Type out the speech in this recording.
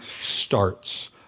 starts